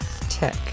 Tech